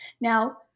Now